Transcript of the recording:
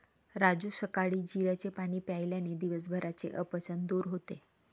राजू सकाळी जिऱ्याचे पाणी प्यायल्याने दिवसभराचे अपचन दूर होते